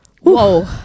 Whoa